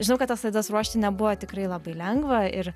žinau kad tas laidas ruošti nebuvo tikrai labai lengva ir